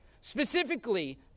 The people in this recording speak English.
specifically